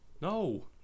No